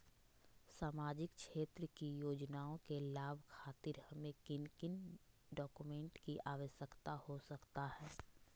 सामाजिक क्षेत्र की योजनाओं के लाभ खातिर हमें किन किन डॉक्यूमेंट की आवश्यकता हो सकता है?